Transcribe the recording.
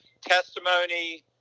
testimony